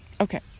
Okay